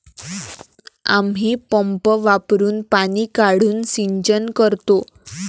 आम्ही पंप वापरुन पाणी काढून सिंचन करतो